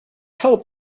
hoped